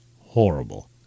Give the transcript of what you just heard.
horrible